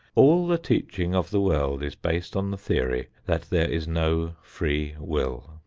all the teaching of the world is based on the theory that there is no free will.